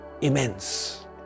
immense